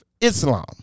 Islam